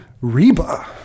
Reba